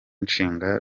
nshinga